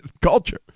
culture